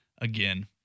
Again